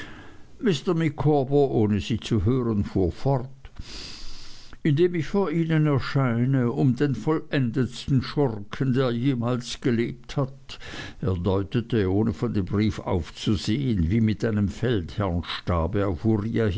micawber ohne sie zu hören fuhr fort indem ich vor ihnen erscheine um den vollendetsten schurken der jemals gelebt hat er deutete ohne von dem brief aufzusehen wie mit einem